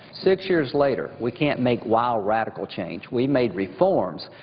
six years later we can't make wild, radical change. we made reforms,